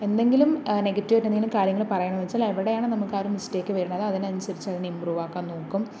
എന്തെങ്കിലും നെഗറ്റീവ് ആയിട്ട് എന്തെങ്കിലും പറയാണെന്നു വെച്ചാൽ എവിടെയാണ് നമുക്കാ ഒരു മിസ്റ്റേക്ക് വരുന്നത് അതിനനുസരിച്ച് അത് ഇമ്പ്രൂവാക്കാൻ നോക്കും